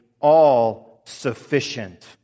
all-sufficient